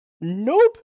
Nope